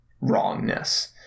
wrongness